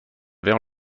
vers